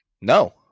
no